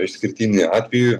išskirtinį atvejį